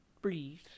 Breathe